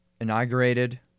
inaugurated